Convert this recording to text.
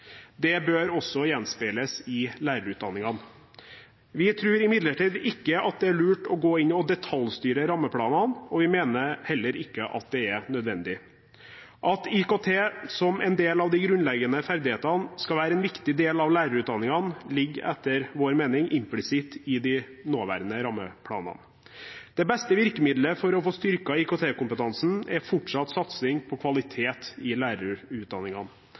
Det bør også gjenspeiles i lærerutdanningene. Vi tror imidlertid ikke at det er lurt å gå inn og detaljstyre rammeplanene, og vi mener at det heller ikke er nødvendig. At IKT, som en del av de grunnleggende ferdighetene, skal være en viktig del av lærerutdanningene, ligger etter vår mening implisitt i de nåværende rammeplanene. Det beste virkemiddelet for å få styrket IKT-kompetansen er fortsatt satsing på kvalitet i lærerutdanningene.